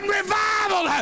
revival